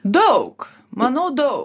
daug manau dau